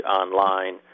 online